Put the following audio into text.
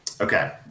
Okay